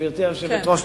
גברתי היושבת-ראש,